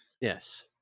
Yes